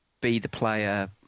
be-the-player